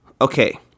okay